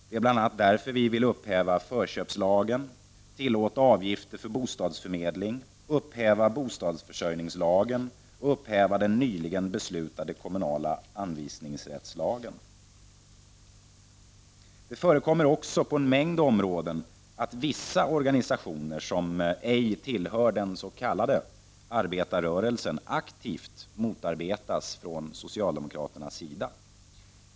Därför vill vi bl.a. upphäva förköpslagen, tillåta avgifter för bostadsförmedling, upphäva bostads försörjningslagen och upphäva den nyligen beslutade kommunala anvisningsrättslagen. Det förekommer också på en mängd områden att vissa organisationer som ej tillhör den s.k. arbetarrörelsen aktivt motarbetas från socialdemokraternas sida.